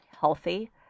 healthy